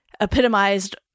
epitomized